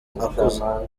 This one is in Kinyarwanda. akuze